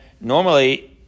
normally